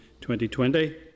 2020